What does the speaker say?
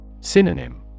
Synonym